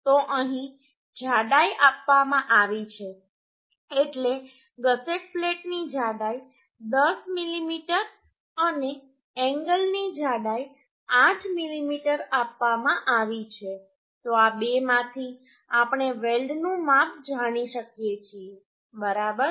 તો અહીં જાડાઈ આપવામાં આવી છે એટલે ગસેટ પ્લેટની જાડાઈ 10 મીમી અને એન્ગલ ની જાડાઈ 8 મીમી આપવામાં આવી છે તો આ બેમાંથી આપણે વેલ્ડનું માપ જાણી શકીએ છીએબરાબર